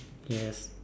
yes